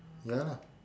ya lah